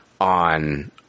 on